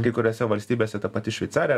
kai kuriose valstybėse ta pati šveicarija